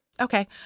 Okay